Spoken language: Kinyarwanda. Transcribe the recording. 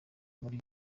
muri